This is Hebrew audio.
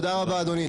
תודה רבה אדוני.